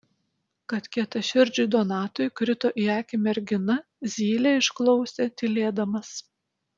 kad kietaširdžiui donatui krito į akį mergina zylė išklausė tylėdamas